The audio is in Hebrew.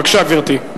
בבקשה, גברתי.